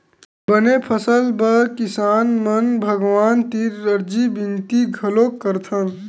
बने फसल बर किसान मन भगवान तीर अरजी बिनती घलोक करथन